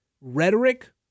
rhetoric